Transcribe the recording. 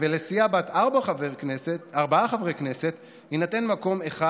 ולסיעה בת ארבעה חברי כנסת יינתן מקום אחד.